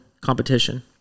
competition